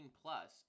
plus